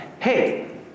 Hey